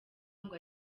ngo